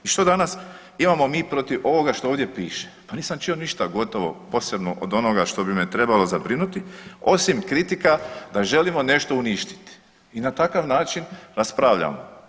I što danas imamo mi protiv ovoga što ovdje piše, pa nisam čuo ništa gotovo posebno od onoga što bi me trebalo zabrinuti, osim kritika da želimo nešto uništiti i na takav način raspravljamo.